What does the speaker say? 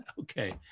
okay